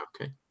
okay